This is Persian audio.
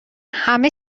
همه